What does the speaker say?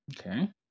Okay